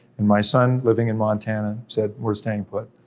and my son living in montana said, we're staying put.